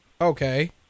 Okay